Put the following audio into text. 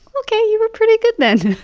ok. you were pretty good then